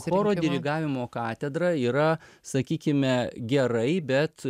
choro dirigavimo katedra yra sakykime gerai bet